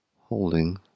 Holding